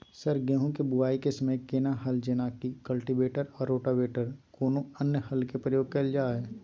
Sir गेहूं के बुआई के समय केना हल जेनाकी कल्टिवेटर आ रोटावेटर या कोनो अन्य हल के प्रयोग कैल जाए?